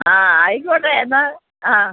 ആ ആയിക്കോട്ടെ എന്നാൽ ആ